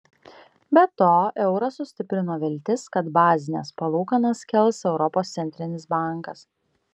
be to eurą sustiprino viltis kad bazines palūkanas kels europos centrinis bankas